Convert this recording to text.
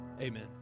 amen